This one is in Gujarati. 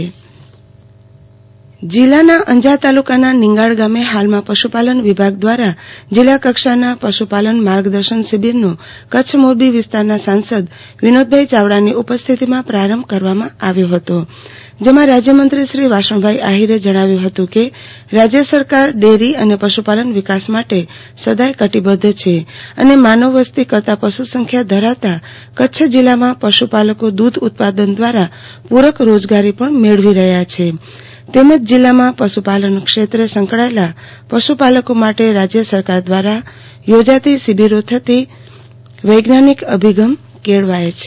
આરતી ભદ્દ રાજ્યકક્ષાની પશુપાલન શિબીર અજાર તાલુકાના નિગાળ ગામે ફાલમાં પશુપાલન વિભાગ દ્વારા જિલા કક્ષાની પશુપાલન માર્ગદર્શન શીબીર્નોઓ કરછ મોરબી વિસ્તારના સાંસદ વિનોદભાઈ ચાવડાની ઉપસ્થિતમાં પ્રારંભ કરવામાં આવ્યો હતો જેમાં રાજ્યમંત્રી શ્રી વાસણભાઈ આહિરે જણાવ્યું હતું કે રાજ્ય સરકારે ડેરી અને પશુપાલન વિકાસ માટે સદાય કટિબદ્ધ છે અને માનવ વસ્તી કરતા પશુ સંખ્યા ધરવતા કરછ જીલ્લામાં પસુપાલકો દ્વધ ઉત્પાદન દ્વારા પુરક રોજગારી મેળવી રહ્યા છે તેમજ જીલ્લમાં પશુપાલન ક્ષેત્રે સંકળાયેલા પસુપાલકો માટે રાજ્ય સરકાર દ્વારા યોજાતી શિબિરો થતી વેજ્ઞાનિક અભિગમ કેળવાય છે